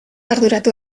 arduratu